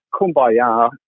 kumbaya